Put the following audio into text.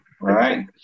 right